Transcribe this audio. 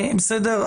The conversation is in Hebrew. בסדר?